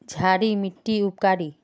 क्षारी मिट्टी उपकारी?